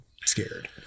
scared